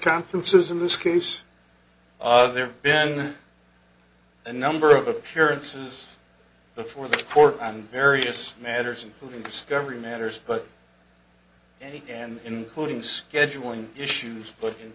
conferences in this case other then a number of appearances before the court and various matters including discovery matters but any and including scheduling issues but in